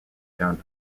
found